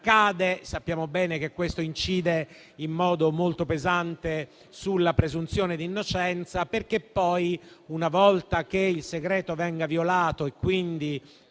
accade, sappiamo bene che questo incide in modo molto pesante sulla presunzione di innocenza perché poi, una volta che il segreto viene violato e quindi